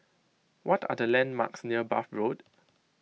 what are the landmarks near Bath Road